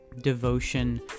devotion